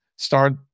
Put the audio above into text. Start